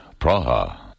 Praha